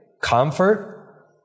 comfort